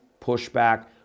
Pushback